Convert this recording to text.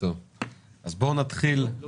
לא ביקשתי,